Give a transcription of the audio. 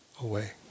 away